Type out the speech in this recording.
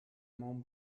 mont